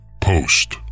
POST